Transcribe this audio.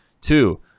Two